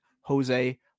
Jose